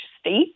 state